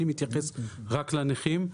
אני מתייחס רק לנכים.